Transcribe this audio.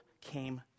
came